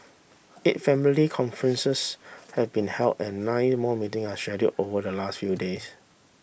eight family conferences have been held and nine more meeting are scheduled over the last few days